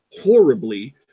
horribly